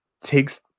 takes